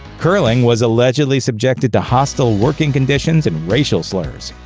curling was allegedly subjected to hostile working conditions and racial slurs.